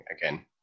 again